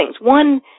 One